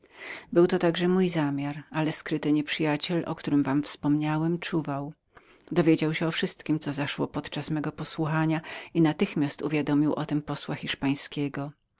był to także mój zamiar ale skryty nieprzyjaciel o którym wam wspominałem nie zasypiał tymczasem dowiedział się o wszystkiem co zaszło podczas mego posłuchania i natychmiast uwiadomił o tem posła hiszpańskiego